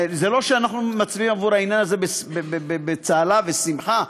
זה לא שאנחנו מצביעים עבור העניין הזה בצהלה ובשמחה,